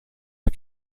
the